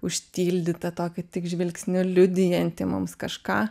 užtildytą tokį tik žvilgsniu liudijantį mums kažką